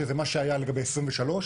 שזה מה שהיה לגבי 23',